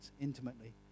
intimately